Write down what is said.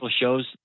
shows